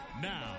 Now